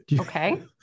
Okay